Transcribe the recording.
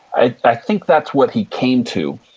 i think that's what he came to.